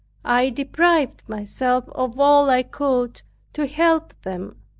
i deprived myself of all i could to help them.